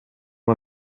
och